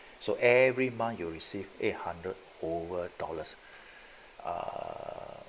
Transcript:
so every month you will receive a hundred over dollars ah